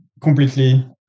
completely